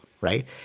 right